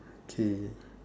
okay